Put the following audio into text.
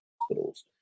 hospitals